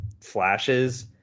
flashes